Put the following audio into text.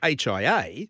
HIA